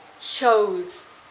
chose